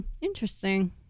Interesting